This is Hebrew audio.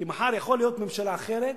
כי מחר יכולה להיות ממשלה אחרת,